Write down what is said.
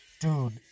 dude